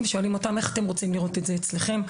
ושואלים אותם: איך אתם רוצים לראות את זה אצלכם?